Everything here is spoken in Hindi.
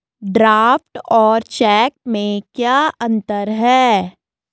ड्राफ्ट और चेक में क्या अंतर है?